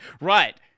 right